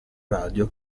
radio